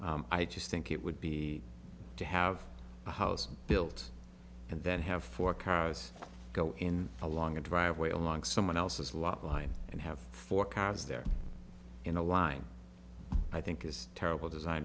i just think it would be to have a house built and then have four cars go in along a driveway along someone else's lot line and have four cars there in a line i think is a terrible design